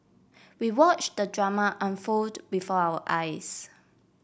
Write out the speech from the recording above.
we watch the drama unfold before our eyes